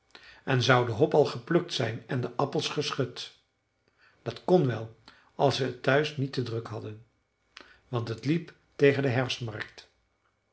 en zou de hop al geplukt zijn en de appels geschud dat kon wel als ze het thuis niet te druk hadden want het liep tegen de